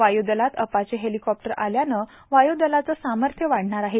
वायुदलात Apache helicopter आल्यानं वायुदलाचं सामर्थ्य वाढणार आहे